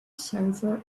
server